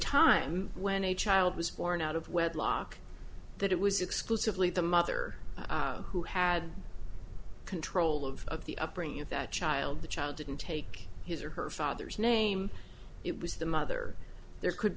time when a child was born out of wedlock that it was exclusively the mother who had control of the upbringing of that child the child didn't take his or her father's name it was the mother there could